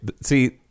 See